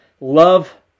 love